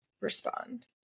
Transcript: respond